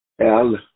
El